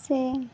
ᱥᱮ